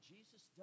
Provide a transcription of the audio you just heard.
Jesus